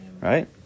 Right